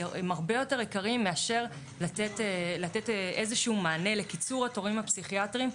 הרבה יותר יקרים מאשר לתת איזשהו מענה לקיצור התורים הפסיכיאטריים.